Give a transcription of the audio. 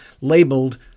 labeled